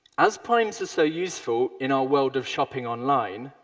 as primes are so useful in our world of shopping online,